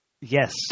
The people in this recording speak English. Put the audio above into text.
yes